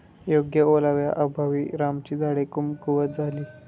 योग्य ओलाव्याअभावी रामाची झाडे कमकुवत झाली